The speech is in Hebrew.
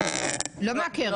לא מהקרן.